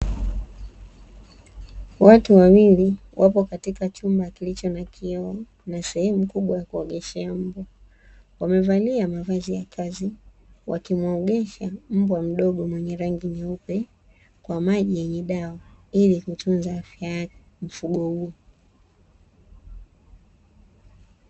Watu wawili wapo katika chumba kilicho na kioo na sehemu kubwa ya kuogeshea mbwa, wamevalia mavazi ya kazi wakimuogesha mbwa mdogo mwenye rangi nyeupe kwa maji yenye dawa, ili kutunza afya ya mfugo huo.